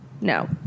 No